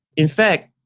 in fact,